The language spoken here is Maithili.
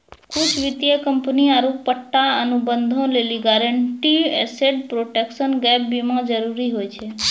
कुछु वित्तीय कंपनी आरु पट्टा अनुबंधो लेली गारंटीड एसेट प्रोटेक्शन गैप बीमा जरुरी होय छै